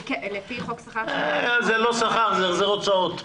זה החזר הוצאות.